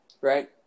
Right